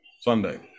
Sunday